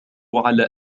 على